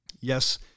Yes